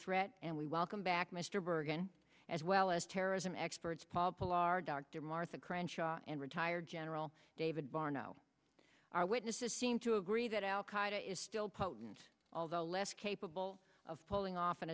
threat and we welcome back mr bergen as well as terrorism experts paul paul our dr martha crenshaw and retired general david barno our witnesses seem to agree that al qaeda is still potent although less capable of pulling off an